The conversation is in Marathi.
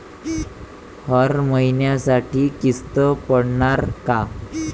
हर महिन्यासाठी किस्त पडनार का?